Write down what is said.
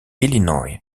illinois